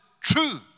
true